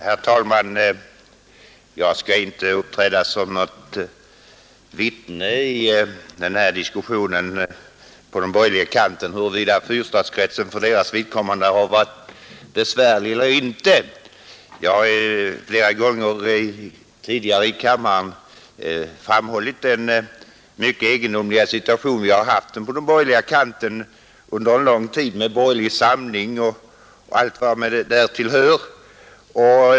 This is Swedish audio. Herr talman! Jag skall inte uppträda som något vittne i denna diskussion på den borgerliga kanten i frågan om huruvida fyrstadskretsen för deras vidkommande varit besvärlig eller inte. Jag har flera gånger tidigare i riksdagen framhållit den mycket egendomliga situation vi har haft där på den borgerliga sidan under lång tid med Borgerlig samling och allt vad därtill hör.